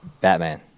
Batman